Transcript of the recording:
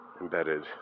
embedded